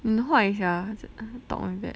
你很坏 sia talk like that